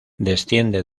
desciende